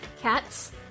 cats